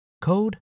code